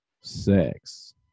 sex